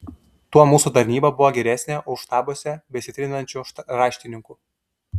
tuo mūsų tarnyba buvo geresnė už štabuose besitrinančių raštininkų